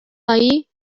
allí